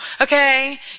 okay